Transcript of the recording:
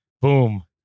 Boom